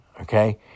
okay